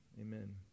Amen